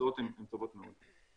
התוצאות הן טובות מאוד.